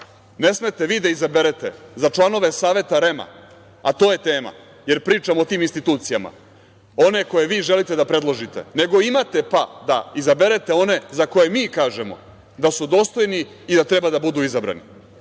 ne smete vi da izaberete za članove Saveta REM-a, a to je tema, jer pričamo o tim institucijama, one koje vi želite da predložite, nego imate da izaberete one za koje mi kažemo da su dostojni i da treba da budu izabrani.